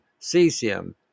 cesium